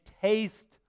taste